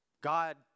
God